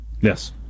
Yes